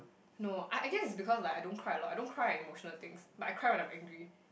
no I I guess it's because like I don't cry a lot I don't cry at emotional things but I cry when I'm angry